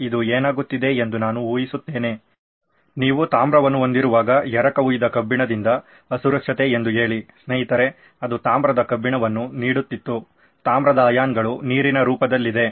ಇದು ಏನಾಗುತ್ತಿದೆ ಎಂದು ನಾನು ಊಹಿಸುತ್ತೇನೆ ನೀವು ತಾಮ್ರವನ್ನು ಹೊಂದಿರುವಾಗ ಎರಕಹೊಯ್ದ ಕಬ್ಬಿಣದಿಂದ ಅಸುರಕ್ಷತೆ ಎಂದು ಹೇಳಿ ಸ್ನೇಹಿತರೆ ಅದು ತಾಮ್ರದ ಕಬ್ಬಿಣವನ್ನು ನೀಡುತ್ತಿತ್ತು ತಾಮ್ರದ ಅಯಾನ್ಗಳು ನೀರಿನ ರೂಪದಲ್ಲಿದೆ